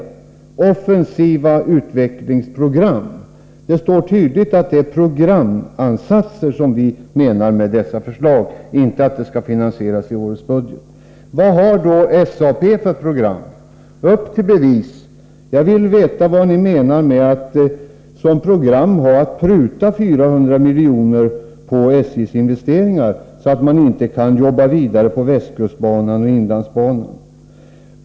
Vi har ett offensivt utvecklingsprogram, men vi har tydligt angivit att det är programansatser och inte saker som skall finansieras i årets budget. Vad har då SAP för program? Upp till bevis! Jag vill veta vad ni menar med att som program ha en prutning med 400 milj.kr. på SJ:s investeringar, så att man inte kan jobba vidare på västkustbanan och inlandsbanan.